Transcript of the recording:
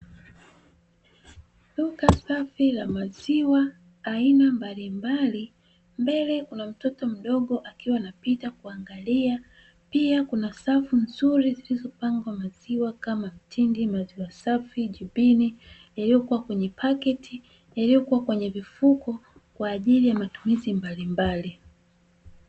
Duka safi la maziwa aina mbalimbali, mbele kuna mtoto akiwa anapita kuangalia, pia kuna safu nzuri zilizopangwa maziwa kama mtindi, maziwa safi, jibini, yaliyokuwa kwenye pakiti, yaliyokuwa kwenye vifuko kwa ajili ya matumizi mbalimbali.